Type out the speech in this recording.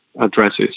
addresses